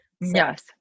Yes